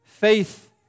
Faith